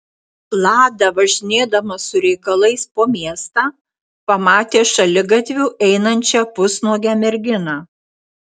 lada važinėdamas su reikalais po miestą pamatė šaligatviu einančią pusnuogę merginą